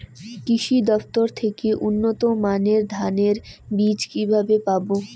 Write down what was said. কৃষি দফতর থেকে উন্নত মানের ধানের বীজ কিভাবে পাব?